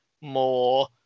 more